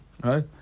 right